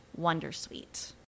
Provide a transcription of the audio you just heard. Wondersuite